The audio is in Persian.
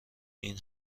این